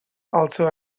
also